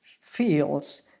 feels